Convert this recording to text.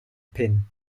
pin